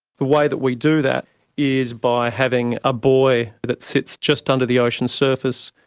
the way that we do that is by having a buoy that sits just under the ocean surface,